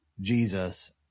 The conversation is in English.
Jesus